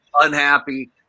unhappy